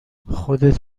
خودت